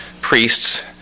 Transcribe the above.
priests